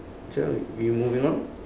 sure we we moving on